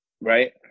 right